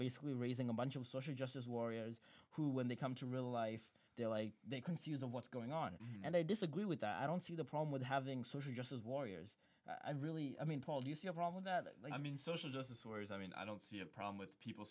basically raising a bunch of social justice warriors who when they come to real life they're like they confuse of what's going on and i disagree with i don't see the problem with having social justice warriors i really i mean paul do you see a problem with that i mean social justice whereas i mean i don't see a problem with people